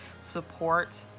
support